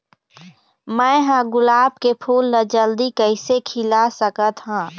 मैं ह गुलाब के फूल ला जल्दी कइसे खिला सकथ हा?